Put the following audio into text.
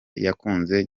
yakunzwe